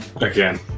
Again